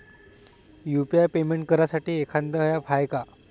UPI payment करासाठी एखांद app हाय का?